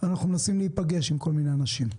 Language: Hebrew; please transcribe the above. אנחנו מנסים להיפגש עם כל מיני אנשים.